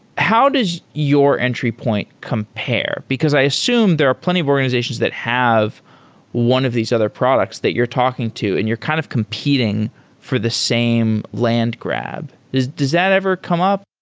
how does your entry point compare? because i assume there are plenty of organizations that have one of these other products that you're talking to and you're kind of competing for the same land grab. does does that ever come up?